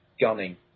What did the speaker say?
gunning